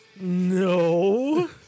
No